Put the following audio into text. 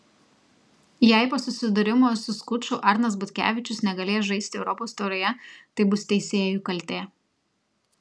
jei po susidūrimo su skuču arnas butkevičius negalės žaisti europos taurėje tai bus teisėjų kaltė